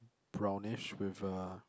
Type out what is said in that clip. brownish with a